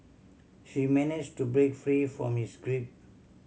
she managed to break free from his grip